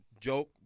joke